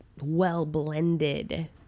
well-blended